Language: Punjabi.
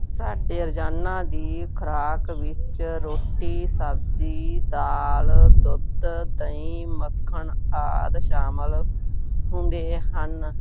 ਸਾਡੇ ਰੋਜ਼ਾਨਾ ਦੀ ਖੁਰਾਕ ਵਿੱਚ ਰੋਟੀ ਸਬਜ਼ੀ ਦਾਲ ਦੁੱਧ ਦਹੀਂ ਮੱਖਣ ਆਦਿ ਸ਼ਾਮਿਲ ਹੁੰਦੇ ਹਨ